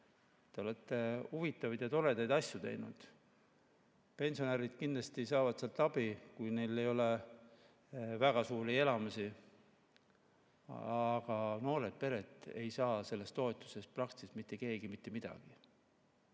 Te olete huvitavaid ja toredaid asju teinud. Pensionärid saavad kindlasti abi, kui neil ei ole väga suur elamine. Aga noored pered ei saa sellest toetusest praktiliselt mitte keegi mitte midagi.